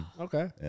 Okay